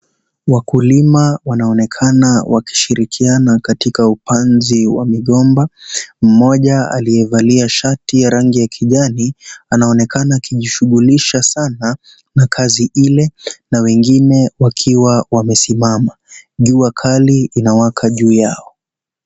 Wakulima wanaonekana wakishikiliana katika upanzi wa migomba. Mmoja aliyevalia shati ya rangi ya kijani anaonekana akijishughulisha sana na kazi ile na wengine wakiwa wamesimama. Jua kali inawaka juu yao.